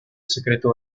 secreto